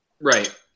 Right